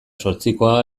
zortzikoa